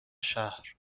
شهر